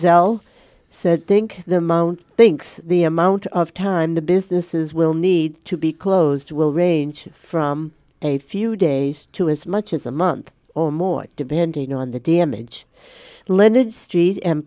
e said think the moment thinks the amount of time the businesses will need to be closed will range from a few days to as much as a month or more depending on the damage lended street